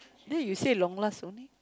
they you say long last only